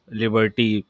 liberty